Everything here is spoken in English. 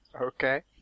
Okay